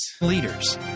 leaders